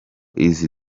izi